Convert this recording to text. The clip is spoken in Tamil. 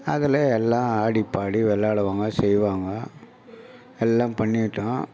அதில் எல்லாம் ஆடிப் பாடி விள்ளாடுவாங்க செய்வாங்க எல்லாம் பண்ணிவிட்டோம்